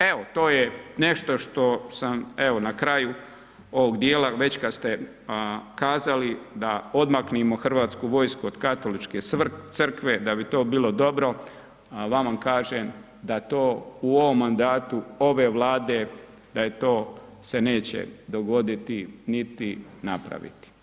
Evo, to je nešto što sam evo na kraju ovog dijela već kad ste kazali da odmaknemo Hrvatsku vojsku od Katoličke crkve da bi to bilo dobro, ja vam kažem da to u ovom mandatu ove Vlade, da je to se neće dogoditi niti napraviti.